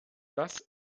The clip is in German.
das